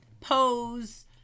Pose